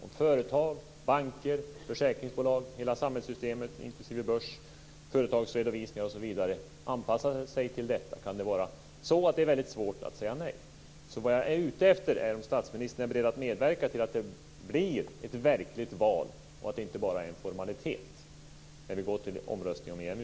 Om företag, banker, försäkringsbolag, hela samhällssystemet inklusive börsen, företagsredovisningar osv. anpassar sig till detta, kan det bli väldigt svårt att säga nej. Det besked som jag är ute efter gäller därför om statsministern är beredd att medverka till att det blir ett verkligt val och inte bara en formalitet när vi går till omröstning om EMU.